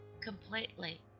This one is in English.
completely